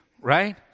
right